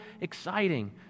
exciting